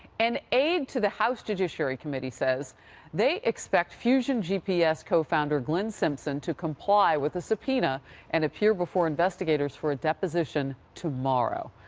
an aide to the house judiciary committee said they expect fusion gps cofounder glenn simpson to comply with the subpoena and appear before investigators for a deposition tomorrow.